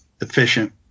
efficient